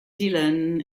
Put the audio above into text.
dillon